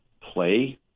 play